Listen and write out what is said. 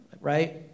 right